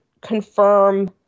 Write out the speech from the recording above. confirm